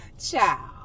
Ciao